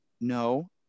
no